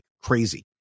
crazy